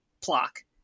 plaque